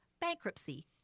bankruptcy